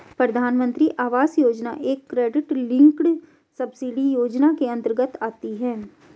प्रधानमंत्री आवास योजना एक क्रेडिट लिंक्ड सब्सिडी योजना के अंतर्गत आती है